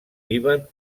líban